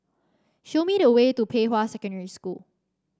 show me the way to Pei Hwa Secondary School